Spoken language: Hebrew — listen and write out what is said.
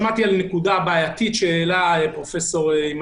שמעתי על נקודה בעייתית שהעלה פרופ' גמזו,